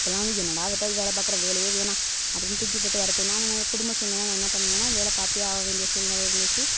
அப்போலாம் வந்து என்னடா இவருகிட்ட வேலை பாக்கிறோம் வேலையே வேணாம் அப்படின்னு தூக்கி போட்டு வர தோணும் ஆனால் என் குடும்ப சூழ்நிலை என்ன பண்ணுவேன்னா வேலை பார்த்தே ஆக வேண்டிய சூழ்நிலை போச்சு